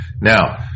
Now